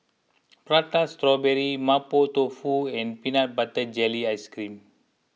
Prata Strawberry Mapo Tofu and Peanut Butter Jelly Ice Cream